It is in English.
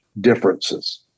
differences